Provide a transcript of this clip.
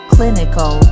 Clinical